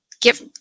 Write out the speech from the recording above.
give